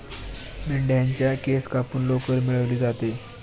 मेंढ्यांच्या केस कापून लोकर मिळवली जाते